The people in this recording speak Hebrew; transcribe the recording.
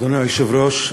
אדוני היושב-ראש,